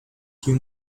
few